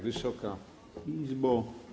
Wysoka Izbo!